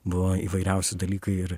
buvo įvairiausi dalykai ir